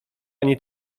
ani